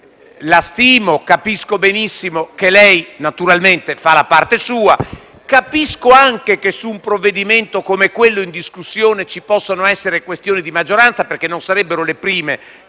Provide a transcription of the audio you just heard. la stimo e capisco benissimo che lei, naturalmente, fa la parte sua. Capisco anche che su un provvedimento come quello in discussione ci possano essere questioni di maggioranza, perché non sarebbero le prime